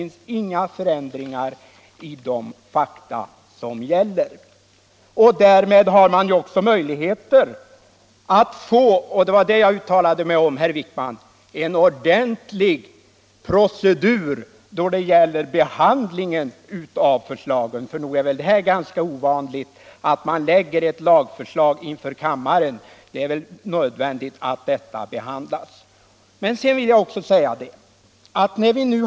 Det har inte skett några förändringar i de fakta som utskottet utgått ifrån i sitt beslut. Därmed har man ju också möjlighet att få — och det var det jag uttalade mig om, herr Wijkman — en ordentlig procedur vid behandlingen av förslagen. För nog är det väl ganska ovanligt att man lägger fram ett lagförslag direkt inför kammaren. Det är nödvändigt att detta behandlas i sedvanlig ordning.